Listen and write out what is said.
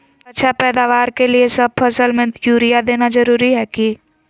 अच्छा पैदावार के लिए सब फसल में यूरिया देना जरुरी है की?